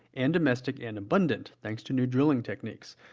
and domestic, and abundant, thanks to new drilling techniques.